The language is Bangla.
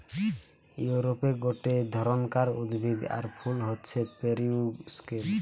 ইউরোপে গটে ধরণকার উদ্ভিদ আর ফুল হচ্ছে পেরিউইঙ্কেল